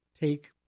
take